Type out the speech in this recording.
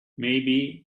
maybe